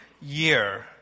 year